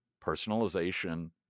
personalization